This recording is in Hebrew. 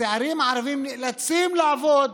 צעירים ערבים נאלצים לעבוד